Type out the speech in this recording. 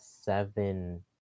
seven